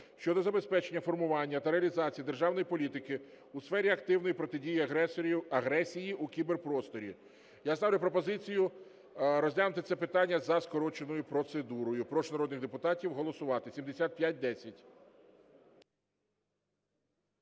щодо забезпечення формування та реалізації державної політики у сфері активної протидії агресії у кіберпросторі. Я ставлю пропозицію розглянути це питання за скороченою процедурою. Прошу народних депутатів голосувати. 7510.